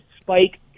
spike